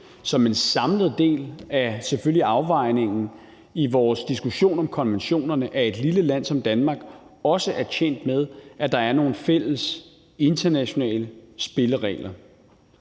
som en samlet del af afvejningen i vores diskussion om konventionerne, at et lille land som Danmark også er tjent med, at der er nogle fælles, internationale spilleregler.